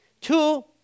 Two